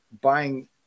buying